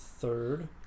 Third